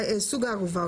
סוג הערובה.